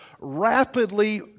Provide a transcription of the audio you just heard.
rapidly